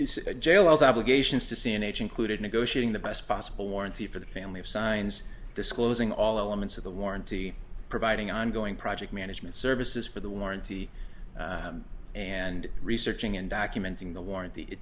is a jail as obligations to see n h included negotiating the best possible warranty for the family of signs disclosing all elements of the warranty providing ongoing project management services for the warranty and researching and documenting the warranty it